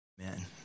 Amen